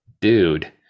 dude